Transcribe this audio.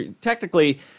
technically